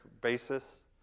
basis